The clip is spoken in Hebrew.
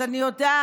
אז אני יודעת